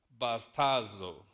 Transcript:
bastazo